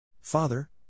Father